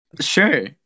Sure